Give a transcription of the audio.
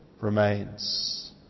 remains